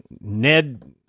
Ned